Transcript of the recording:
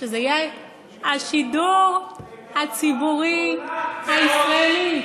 שזה יהיה "השידור הציבורי הישראלי".